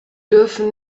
dürfen